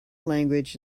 language